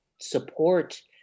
support